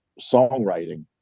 songwriting